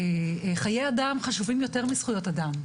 חיי אדם חשובים יותר מזכויות אדם,